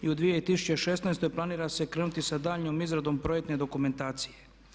I u 2016. planira se krenuti sa daljnjom izradom projektne dokumentacije.